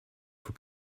for